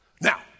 Now